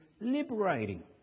liberating